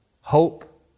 hope